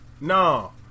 No